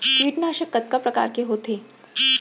कीटनाशक कतका प्रकार के होथे?